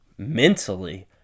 Mentally